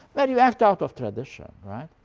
where you act out of tradition. right?